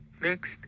Next